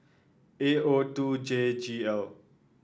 A O two J G L